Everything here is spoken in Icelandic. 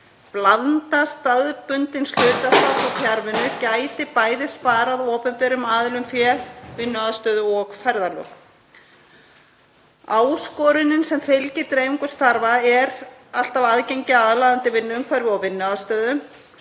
Blanda staðbundins hlutastarfs og fjarvinnu gæti bæði sparað opinberum aðilum fé, vinnuaðstöðu og ferðalög. Áskorunin sem fylgir dreifingu starfa er alltaf aðgengi að aðlaðandi vinnuumhverfi og vinnuaðstöðu.